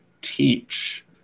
teach